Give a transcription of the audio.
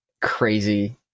crazy